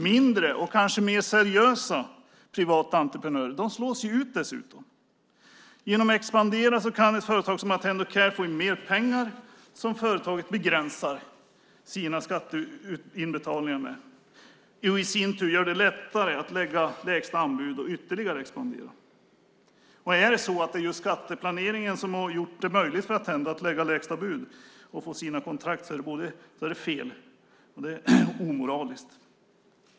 Mindre och kanske mer seriösa privata entreprenörer slås ut. Genom att expandera kan ett företag som Attendo Care få in mer pengar samtidigt som företaget begränsar sina skatteinbetalningar. Detta i sin tur gör det lättare att lägga lägsta anbud och ytterligare expandera. Om det är skatteplaneringen som har gjort det möjligt för Attendo att lägga lägsta bud och få kontrakt är det både fel och omoraliskt.